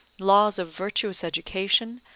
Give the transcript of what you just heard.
laws of virtuous education,